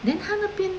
then 他那边